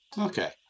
Okay